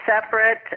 separate